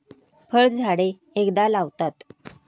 फळझाडे एकदा लावतात